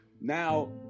now